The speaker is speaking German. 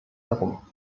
herum